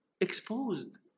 exposed